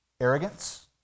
Arrogance